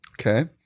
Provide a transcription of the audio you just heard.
okay